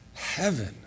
Heaven